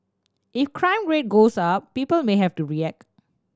if crime rate goes up people may have to react